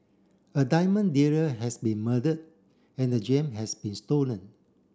a diamond dealer has been murdered and the gem has been stolen